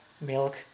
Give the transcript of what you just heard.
milk